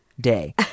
day